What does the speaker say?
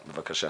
בבקשה.